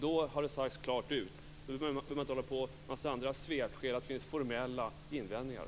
Då har det sagts klart ut. Då behövs inte en massa svepskäl som att det finns formella invändningar.